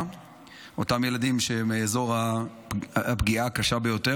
אותם ילדים מאזור הפגיעה הקשה ביותר,